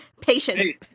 Patience